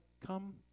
come